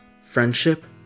friendship